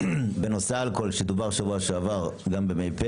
גם במי פה